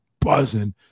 buzzing